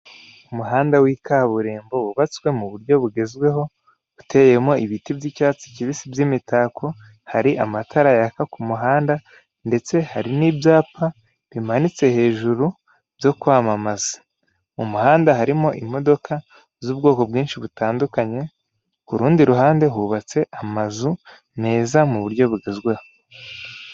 Umuhanda w'ikaburimbo wubatswe mu buryo bugezweho, uteyemo ibiti by'icyatsi kibisi by'imitako, hari amatara yaka ku muhanda ndetse hari n'ibyapa bimanitse hejuru byo kwamamaza. Uwo muhanda harimo imodoka z'ubwoko bwinshi butandukanye k'urundi ruhande hubatse amazu meza mu buryo bugezweho.